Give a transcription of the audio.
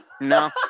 No